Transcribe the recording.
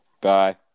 Bye